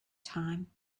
time